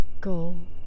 Go